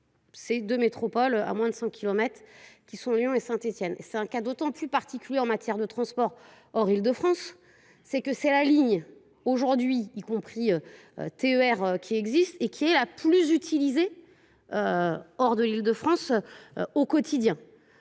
c'est deux métropoles à moins de 100 km qui sont Lyon et Saint Étienne et c'est un cas d'autant plus particulier en matière de transport hors ile de France, c'est que c'est la ligne aujourd'hui y compris euh e r euh qui existe et qui est la plus utilisée euh hors de l'île de France une ligne